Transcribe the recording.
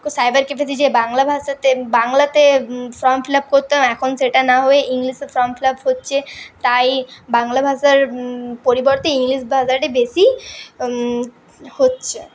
cyber ক্যাফেতে যে বাংলা ভাষাতে বাংলাতে ফর্ম ফিল আপ করতে হয় এখন সেটা না হয়ে ইংলিশে ফর্ম ফিল আপ হচ্ছে তাই বাংলা ভাষার পরিবর্তে ইংলিশ ভাষাতে বেশী হচ্ছে